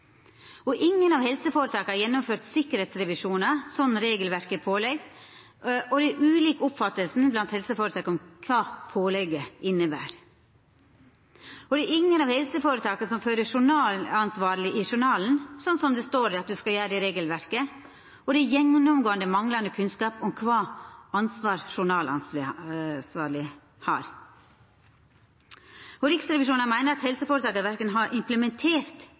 Og ingen av helseføretaka har gjennomført sikkerheitsrevisjonar, slik regelverket pålegg, og det er ulik oppfatning blant helseføretaka om kva pålegget inneber. Og det er ingen av helseføretaka som fører journalansvarlig i journalen, slik det står i regelverket at ein skal gjera, og det er gjennomgåande manglande kunnskap om kva ansvar journalansvarleg har. Riksrevisjonen meiner at helseføretaka verken har implementert